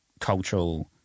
cultural